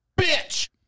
Bitch